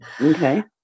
Okay